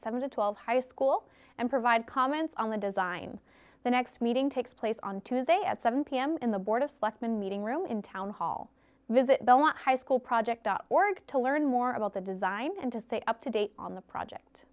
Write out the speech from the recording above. seven to twelve high school and provide comments on the design the next meeting takes place on tuesday at seven pm in the board of selectmen meeting room in town hall visit belmont high school project up org to learn more about the design and to stay up to date on the project